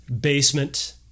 basement